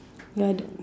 another